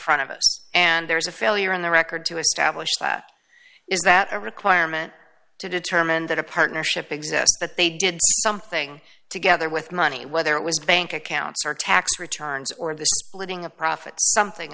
front of us and there's a failure on the record to establish that is that a requirement to determine that a partnership exists but they did something together with money whether it was bank accounts or tax returns or the splitting of profits something